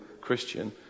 Christian